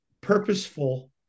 purposeful